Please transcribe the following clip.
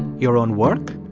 your own work?